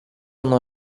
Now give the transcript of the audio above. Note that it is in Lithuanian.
nuo